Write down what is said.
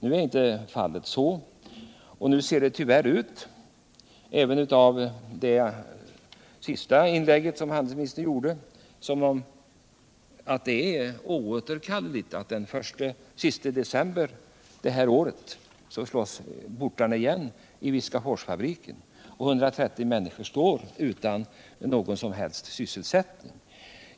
Nu är detta inte fallet — det framgick även av det senaste inlägget som handelsministern gjorde — utan det ser tyvärr ut som om portarna på Viskaforsfabriken | oåterkalleligt slås igen den 31 december det här året. 130 människor kommer | då att stå utan någon som helst sysselsättning.